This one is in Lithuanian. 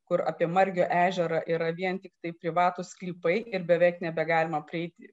kur apie margio ežerą yra vien tiktai privatūs sklypai ir beveik nebegalima prieiti